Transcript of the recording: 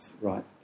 right